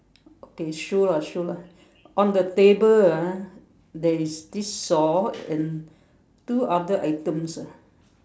okay shoe lah shoe lah on the table ah there is this saw and two other items ah